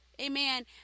Amen